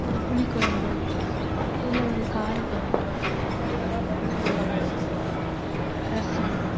ஒரு புளி குழம்போ இல்லை ஒரு காரக்குழம்போ ஒரு ரசம்